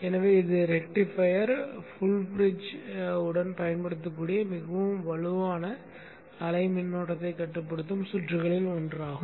எனவே இது rectifier full bridge உடன் பயன்படுத்தக்கூடிய மிகவும் வலுவான அலை மின்னோட்டத்தை கட்டுப்படுத்தும் சுற்றுகளில் ஒன்றாகும்